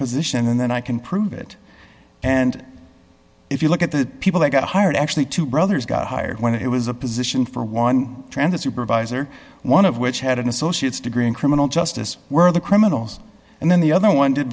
position and then i can prove it and if you look at the people that got hired actually two brothers got hired when it was a position for one transit supervisor one of which had an associates degree in criminal justice were the criminals and then the other one did